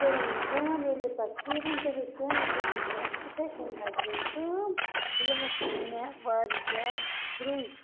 کٔرٕنۍ کٲم ییٚلہِ یہِ پتہٕ شیرٕنۍ تہٕ ہٮ۪تِن زٕ ہَتھ رۄپیہِ اِتھے کٲن حظ گٔے کٲم یہِ حظ پاے مےٚ وارِیاہ دورج